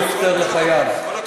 הפטר לחייב) אדוני,